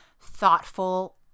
thoughtful